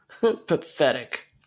Pathetic